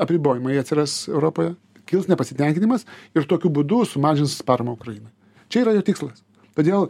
apribojimai atsiras europoje kils nepasitenkinimas ir tokiu būdu sumažins paramą ukrainai čia yra jo tikslas todėl